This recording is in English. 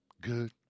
Good